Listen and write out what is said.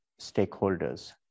stakeholders